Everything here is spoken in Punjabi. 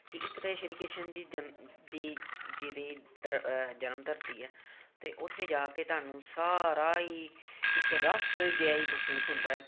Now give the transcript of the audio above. ਕਿ ਇੱਕ ਤਾਂ ਸ਼੍ਰੀ ਕ੍ਰਿਸ਼ਨ ਜੀ ਜਨ ਦੀ ਜੀ ਦੀ ਜਨਮ ਧਰਤੀ ਹੈ ਅਤੇ ਉੱਥੇ ਜਾ ਕੇ ਤੁਹਾਨੂੰ ਸਾਰਾ ਹੀ ਇੱਕ ਰਸ ਜਿਹਾ ਹੀ ਮਹਿਸੂਸ ਹੁੰਦਾ